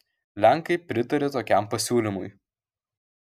lenkai pritarė tokiam pasiūlymui